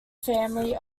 family